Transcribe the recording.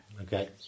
okay